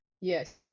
Yes